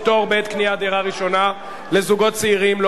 פטור בעת קניית דירה ראשונה לזוגות צעירים),